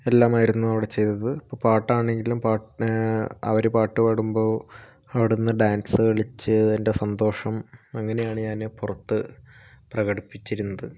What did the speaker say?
എല്ലാമായിരുന്നു അവിടെ ചെയ്തത് ഇപ്പോൾ പാട്ടാണെങ്കിലും അവർ പാട്ടുപാടുമ്പോൾ അവിടെ നിന്ന് ഡാൻസ് കളിച്ച് എൻ്റെ സന്തോഷം അങ്ങനെയാണ് ഞാൻ പുറത്ത് പ്രകടിപ്പിച്ചിരുന്നത്